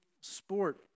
sport